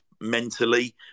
mentally